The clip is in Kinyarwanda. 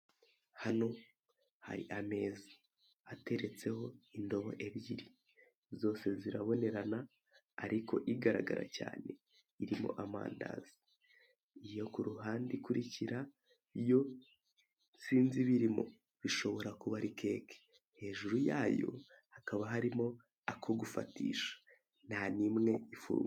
Hano hari ameza ateretseho indobo ebyiri zose zirabonerana ariko igaragara cyane irimo amandazi, iyo ku ruhande ikurikira yo sinzi ibirimo ishobora kuba ari keke, hejuru yayo hakaba harimo ako gufatisha ntanimwe ifunguye.